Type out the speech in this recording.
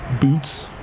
boots